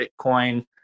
Bitcoin